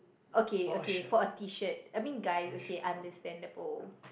okay okay for a T-shirt I mean guys okay understandable